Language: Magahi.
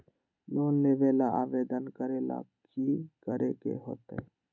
लोन लेबे ला आवेदन करे ला कि करे के होतइ?